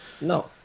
No